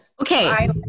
okay